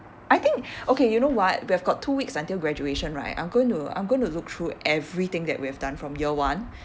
I think okay you know what we have got two weeks until graduation right I'm going to I'm going to look through everything that we have done from year one